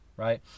Right